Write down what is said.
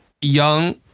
young